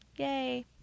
Yay